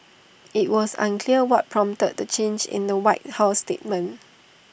IT was unclear what prompted the change in the white house statement